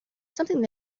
something